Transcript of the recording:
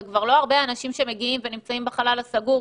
זה כבר לא הרבה אנשים שמגיעים ונמצאים בחלל סגור.